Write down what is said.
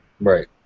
Right